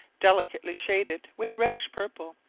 delicately shaded with reddish purple,